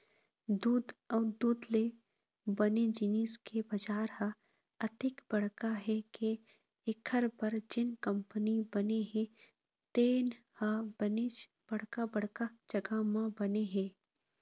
दूद अउ दूद ले बने जिनिस के बजार ह अतेक बड़का हे के एखर बर जेन कंपनी बने हे तेन ह बनेच बड़का बड़का जघा म बने हे